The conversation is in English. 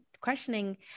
questioning